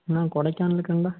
நான் கொடைக்கானலில் இருக்கேன்டா